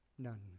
None